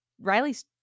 Riley's